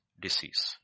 disease